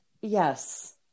Yes